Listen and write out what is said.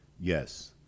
Yes